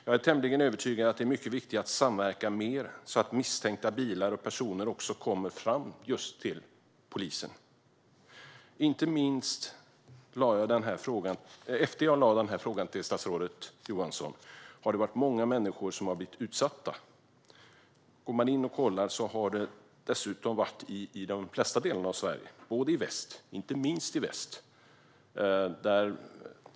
Jag är tämligen övertygad om att det är mycket viktigt att samverka mer så att misstänkta bilar och personer också kommer till polisens kännedom. Efter att jag ställde min interpellation till statsrådet Johansson har många människor blivit utsatta. Kollar man detta ser man att det har skett i de flesta delar av Sverige, inte minst i väst.